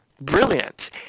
Brilliant